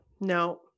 No